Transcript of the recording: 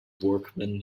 workman